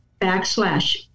backslash